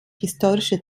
historische